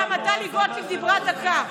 טלי גוטליב דיברה דקה.